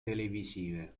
televisive